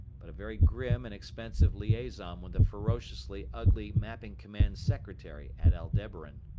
but a very grim and expensive liaison with a ferociously ugly mapping command secretary at aldebaran.